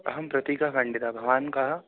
अहं प्रतीकः कण्दित भवान् कः